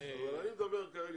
אבל אני מדבר כרגע